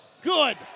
good